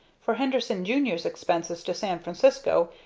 for henderson, jr s, expenses to san francisco,